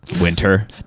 Winter